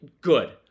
good